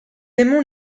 aimons